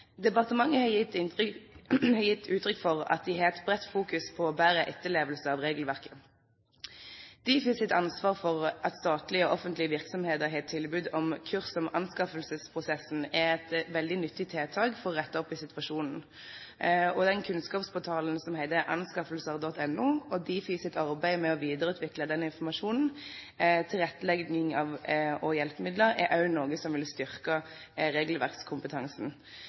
Departementet har gitt uttrykk for at de har et bredt fokus på bedre etterlevelse av regelverket. Difis ansvar for at statlige/offentlige virksomheter har tilbud om kurs om anskaffelsesprosessen er et veldig nyttig tiltak for å rette opp i situasjonen. Kunnskapsportalen, som heter www.anskaffelser.no, og Difis arbeid med å videreutvikle denne med informasjon, tilrettelegging og hjelpemidler er også noe som vil styrke regelverkskompetansen.